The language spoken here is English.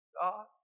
God